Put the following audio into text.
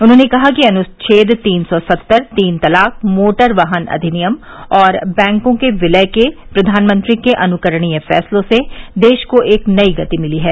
उन्होंने कहा कि अनुच्छेद तीन सौ सत्तर तीन तलाक मोटर वाहन अधिनियम और बैंकों के विलय के प्रधानमंत्री के अनुकरणीय फैंसलों से देश को एक नई गति मिली है